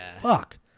fuck